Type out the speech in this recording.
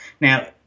Now